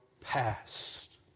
past